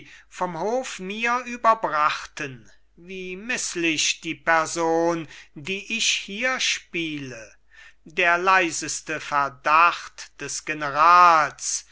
vom hof mir überbrachten wie mißlich die person die ich hier spiele der leiseste verdacht des generals